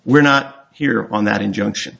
we're not here on that injunction